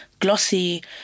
glossy